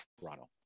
Toronto